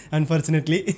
Unfortunately